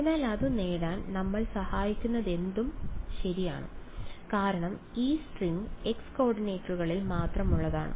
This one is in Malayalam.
അതിനാൽ അത് നേടാൻ നമ്മളെ സഹായിക്കുന്നതെന്തും ശരി കാരണം ഈ സ്ട്രിംഗ് x കോർഡിനേറ്റുകളിൽ മാത്രമുള്ളതാണ്